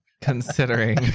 considering